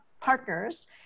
partners